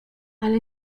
ale